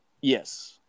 yes